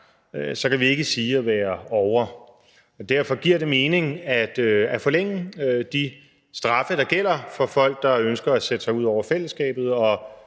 kan vi ikke sige at være ovre det. Derfor giver det mening at forlænge de straffe, der gælder for folk, der ønsker at sætte sig ud over fællesskabet og,